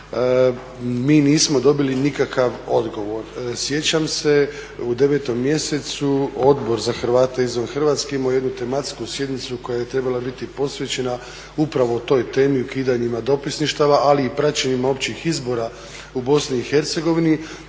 mi nismo dobili nikakav odgovor. Sjećam se u 9 mjesecu Odbor za Hrvate izvan Hrvatske je imao jednu tematsku sjednicu koja je trebala biti posvećena upravo toj temi o ukidanju dopisništava, ali i praćenjima općih izbora u Bosni i Hercegovini.